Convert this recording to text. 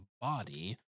body